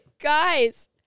guys